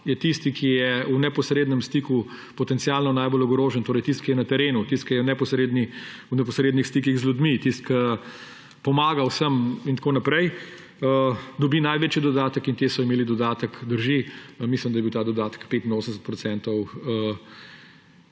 je tisti, ki je v neposrednem stiku potencialno najbolj ogrožen, torej tisti, ki je na terenu, ki je v neposrednih stikih z ljudmi, ki pomaga vsem in tako naprej, dobi največji dodatek. Ti so imeli dodatek, drži, mislim da je bil ta dodatek 85